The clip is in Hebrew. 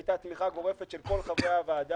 היתה תמיכה גורפת של כל חברי הוועדה